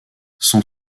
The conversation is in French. son